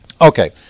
Okay